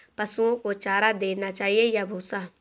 पशुओं को चारा देना चाहिए या भूसा?